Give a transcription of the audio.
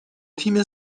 تیم